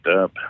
up